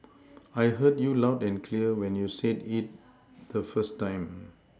I heard you loud and clear when you said it the first time